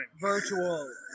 Virtual